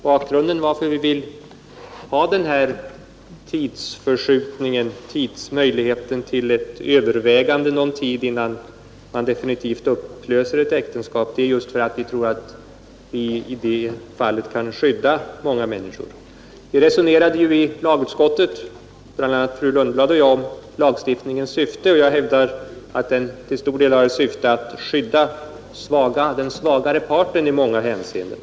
Bakgrunden till att vi vill ha den här möjligheten till ett övervägande under någon tid innan man definitivt upplöser ett äktenskap är just att vi tror att vi i det fallet kan skydda många människor. I lagutskottet resonerade bl.a. fru Lundblad och jag om lagstiftning ens syfte. Jag hävdade att den till stor del hade till syfte att skydda den svagare parten i många hänseenden.